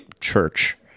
church